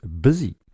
busy